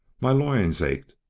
my loins ached,